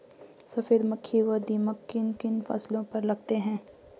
सफेद मक्खी व दीमक किन किन फसलों पर लगते हैं?